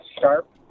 sharp